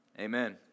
Amen